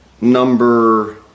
number